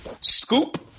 Scoop